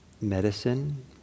medicine